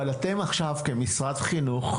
אבל אתם כמשרד חינוך,